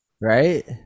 right